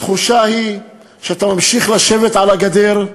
התחושה היא שאתה ממשיך לשבת על הגדר,